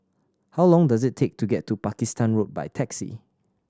how long does it take to get to Pakistan Road by taxi